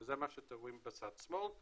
זה מה שאתם רואים בצד שמאל.